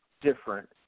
different